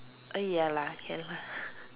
uh ya lah ya lah